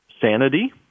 sanity